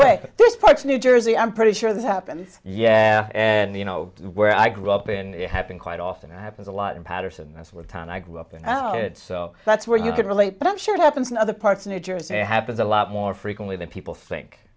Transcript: way this park new jersey i'm pretty sure this happens yeah and you know where i grew up in happen quite often it happens a lot in paterson that's what town i grew up in iowa so that's where you can relate but i'm sure it happens in other parts of new jersey it happens a lot more frequently than people think